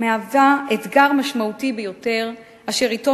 מהווה אתגר משמעותי ביותר אשר אתו